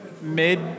mid